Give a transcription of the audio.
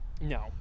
No